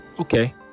Okay